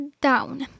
down